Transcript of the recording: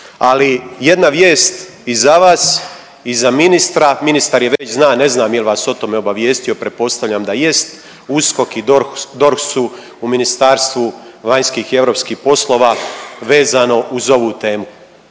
ali jedna vijest i za vas i za ministra, ministar je već zna, ne znam je li vas o tome obavijestio, pretpostavljam da jest, USKOK i DORH su u Ministarstvu vanjskih i europskih poslova vezano uz ovu temu.